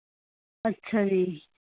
ਅੱਛਾ ਜੀ